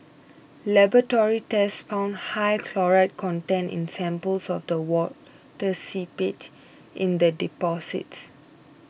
laboratory tests found high chloride content in samples of the water seepage and in the deposits